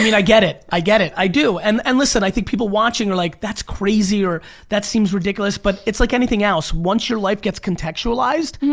i mean i get it, i get it, i do and and listen, i think people watching are like, that's crazy or that seems ridiculous but it's like anything else, once your life gets contextualized,